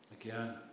again